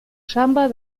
samba